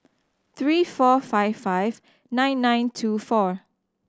three four five five nine nine two four